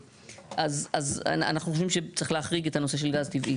אז אנחנו חושבים שצריך להחריג את הנושא של גז טבעי.